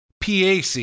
PAC